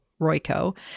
Royco